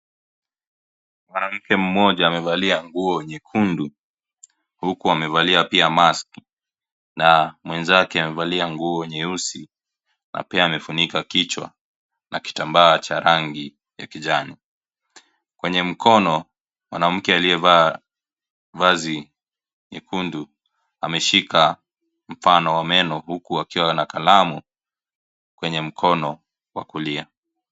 Mwanamke mmoja amevalia nguo nyekundu huku amevalia pia mask na mwenzake amevalia nguo nyeusi na pia amefunika kichwa na kitambaa cha rangi ya kijani ,kwenye mkono, mwanamke aliyevaa vazi nyekundu ameshika mfano wa meno huku akiwa na kalamu kwenye mkono wa kulia.